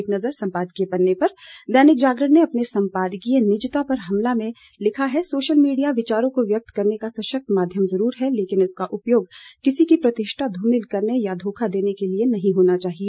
एक नज़र सम्पादकीय पन्ने पर दैनिक जागरण अपने सम्पादकीय निजता पर हमला में लिखता है कि सोशल मिडिया विचारों को व्यक्त करने का सशक्त माध्यम जरूर है लेकिन इसका उपयोग किसी की प्रतिष्ठा ध्रमिल करने या धोखा देने के लिए नहीं होना चाहिए